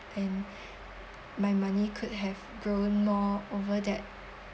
and my money could have grown more over that